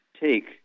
take